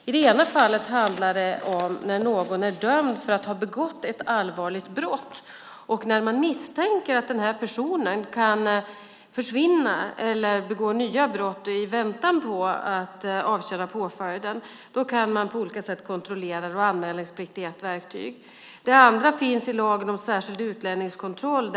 I det ena fallet handlar det om när någon är dömd för att ha begått ett allvarligt brott och när man misstänker att den här personen kan försvinna eller begå nya brott i väntan på att avtjäna påföljden. Då kan man på olika sätt kontrollera. Då är anmälningsplikt ett verktyg. I det andra fallet handlar det om lagen om särskild utlänningskontroll.